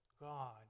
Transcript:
God